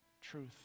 truth